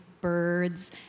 birds